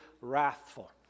wrathful